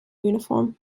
uniform